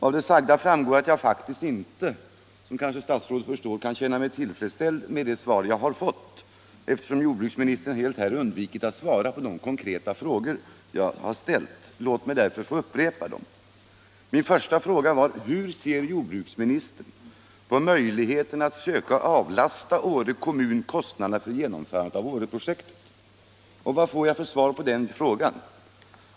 Av det sagda framgår att jag — som statsrådet kanske förstår — inte alls kan känna mig till freds med det svar jag har fått, eftersom jordbruksministern helt har undvikit att svara på de konkreta frågor jag har ställt. Låt mig därför upprepa dem. Min första fråga var: ”Hur ser jordbruksministern på möjligheterna att söka avlasta Åre kommun kostnaderna för genomförandet av Åreprojektet?” Och vad får jag för svar på den frågan?